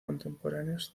contemporáneos